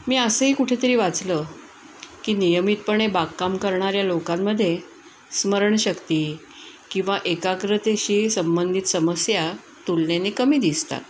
मी असंही कुठेतरी वाचलं की नियमितपणे बागकाम करणाऱ्या लोकांमध्ये स्मरणशक्ती किंवा एकाग्रतेशी संबंधित समस्या तुलने कमी दिसतात